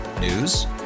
news